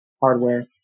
hardware